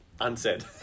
Unsaid